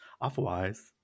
otherwise